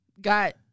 got